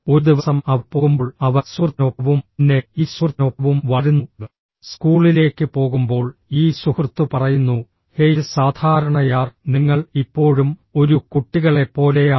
ഒരു ദിവസം അവർ പോകുമ്പോൾ അവർ സുഹൃത്തിനൊപ്പവും പിന്നെ ഈ സുഹൃത്തിനൊപ്പവും വളരുന്നു സ്കൂളിലേക്ക് പോകുമ്പോൾ ഈ സുഹൃത്ത് പറയുന്നു ഹേയ് സാധാരണ യാർ നിങ്ങൾ ഇപ്പോഴും ഒരു കുട്ടികളെപ്പോലെയാണ്